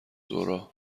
ظهرها